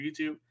YouTube